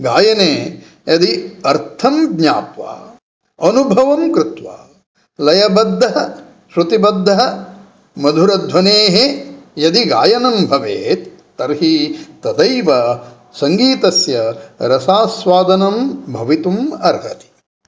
गायने यदि अर्थं ज्ञात्वा अनुभवं कृत्वा लयबद्धः श्रुतिबद्धः मधुरध्वनेः यदि गायनं भवेत् तर्हि तदैव सङ्गीतस्य रसास्वादनं भवितुम् अर्हति